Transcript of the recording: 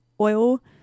oil